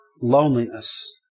loneliness